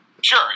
Sure